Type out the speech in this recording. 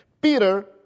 Peter